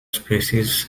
species